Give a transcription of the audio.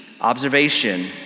observation